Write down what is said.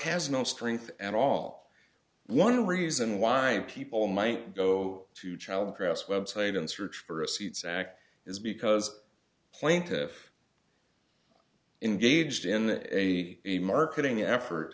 has no strength and all one reason why people might go to trial the grass website and search for a seat sack is because plaintiff engaged in a marketing effort